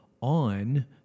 on